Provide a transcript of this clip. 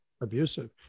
abusive